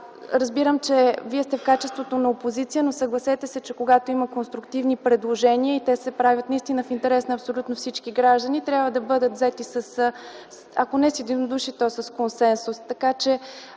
Разбирам, че Вие сте в качеството на опозиция, но съгласете се, че когато има конструктивни предложения и те се правят наистина в интерес на абсолютно всички граждани, трябва да бъдат взети ако не с единодушие, то с консенсус. Така, че